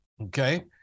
okay